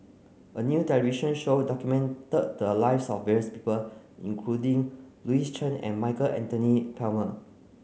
a new television show documented the lives of various people including Louis Chen and Michael Anthony Palmer